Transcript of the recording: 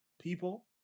people